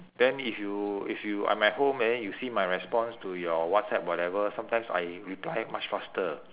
then if you if you I'm at home and then you see my response to your whatsapp whatever sometimes I reply much faster